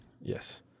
Yes